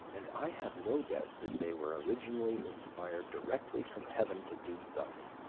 and i have no doubt that they were originally inspired directly from heaven to do thus,